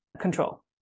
control